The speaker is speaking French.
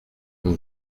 mon